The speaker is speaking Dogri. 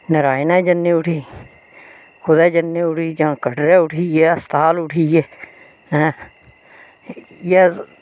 नरायणा जन्ने उठी कुदै जन्ने उठी जां कटरे उठिये अस्ताल उठिये ऐं इ'यै